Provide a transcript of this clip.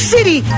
City